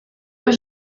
was